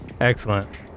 Excellent